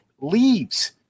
leaves